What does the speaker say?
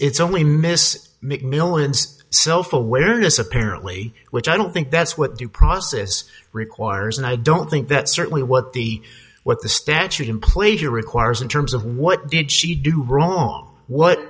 it's only miss million's sofa awareness apparently which i don't think that's what the process requires and i don't think that certainly what the what the statute in place your requires in terms of what did she do wrong what